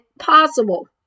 possible